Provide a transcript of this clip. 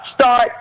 start